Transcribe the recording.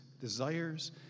desires